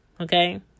okay